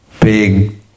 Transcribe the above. Big